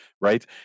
right